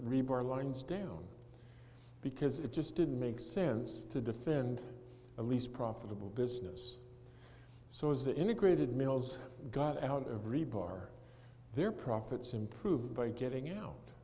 rebar lines down because it just didn't make sense to defend at least profitable business so as the integrated mills got out of rebar their profits improved by getting out